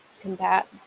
combat